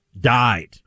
died